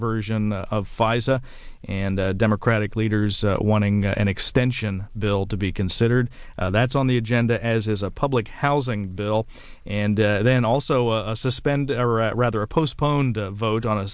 version of pfizer and democratic leaders wanting an extension bill to be considered that's on the agenda as is a public housing bill and then also suspend rather a postponed vote on